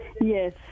Yes